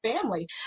family